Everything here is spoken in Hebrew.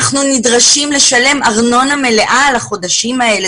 אנחנו נדרשים לשלם ארנונה מלאה על החודשים האלה.